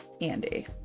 andy